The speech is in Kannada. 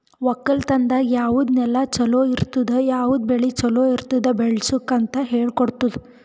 ಒಕ್ಕಲತನದಾಗ್ ಯಾವುದ್ ನೆಲ ಛಲೋ ಇರ್ತುದ, ಯಾವುದ್ ಬೆಳಿ ಛಲೋ ಇರ್ತುದ್ ಬೆಳಸುಕ್ ಅಂತ್ ಹೇಳ್ಕೊಡತ್ತುದ್